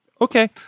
okay